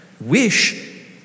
wish